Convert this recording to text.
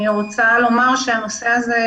.